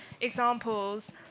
examples